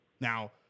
Now